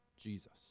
Jesus